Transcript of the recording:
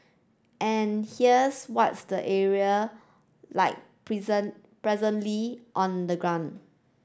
and here's what the area like presently on the ground